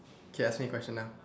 okay ask me a question now